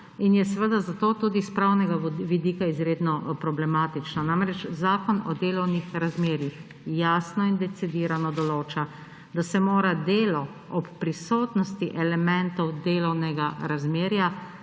in je seveda zato tudi s pravnega vidika izredno problematična. Zakon o delovnih razmerjih jasno in decidirano določa, da se mora delo ob prisotnosti elementov delovnega razmerja,